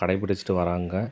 கடைப்பிடிச்சிட்டு வராங்க